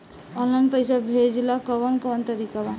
Online पइसा भेजेला कवन कवन तरीका बा?